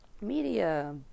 media